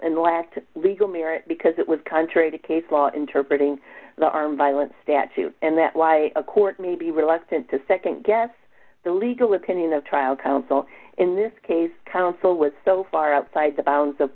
and lacked legal merit because it was country to case law interpreting the armed violence statute and that why a court may be reluctant to nd guess the legal opinion of trial counsel in this case counsel was so far outside the bounds of